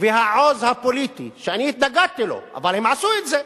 והעוז הפוליטי, שאני התנגדתי לו אבל הם עשו את זה,